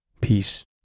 peace